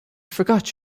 forgot